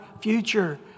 future